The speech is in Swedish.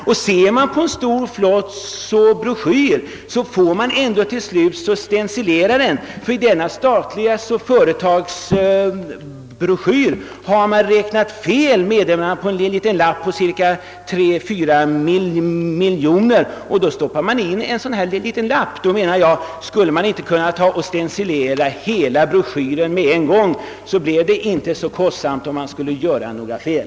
Och även dessa stora, flotta broschyrer blir ändå till slut så att säga stencilerade, ty i ett statligt företags broschyr har man räknat fel på 3 å 4 miljoner kronor, och detta meddelar man på en liten sten. cilerad lapp som man stoppat in i broschyren. Skulle man då inte kunna ta och stencilera hela broschyren med en gång, så blev det inte så kostsamt att göra några fel?